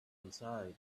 inside